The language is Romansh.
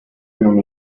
nun